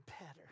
better